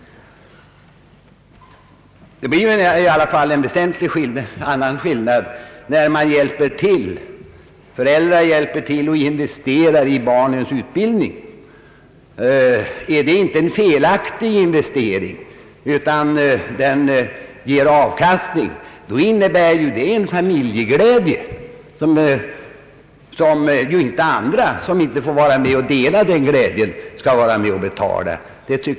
Det blir i alla fall en väsentlig skillnad mellan dessa fall och det fall då föräldrar hjälper till och investerar i barnens utbildning. Om det inte blir en felaktig investering utan ger avkastning, innebär det en glädje för hela familjen. Andra, som ju inte får vara med och dela den glädjen, får däremot vara med och betala det hela.